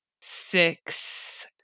Six